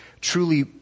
truly